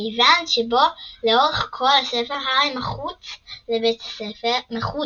כיוון שבו לאורך כל הספר הארי מחוץ לבית הספר,